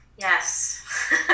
Yes